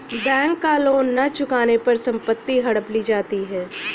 bank का loan न चुकाने पर संपत्ति हड़प ली जाती है